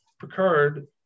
Picard